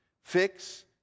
Fix